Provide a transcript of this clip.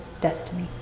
destiny